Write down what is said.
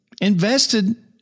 invested